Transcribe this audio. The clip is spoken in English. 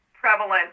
Prevalent